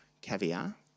caviar